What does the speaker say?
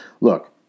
Look